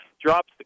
Drops